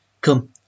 come